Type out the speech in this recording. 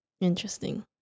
Interesting